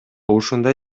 ушундай